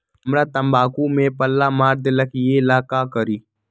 हमरा तंबाकू में पल्ला मार देलक ये ला का करी?